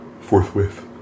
forthwith